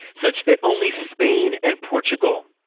such that only spain and portugal,